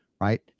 right